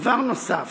דבר נוסף,